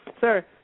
sir